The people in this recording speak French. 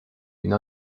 une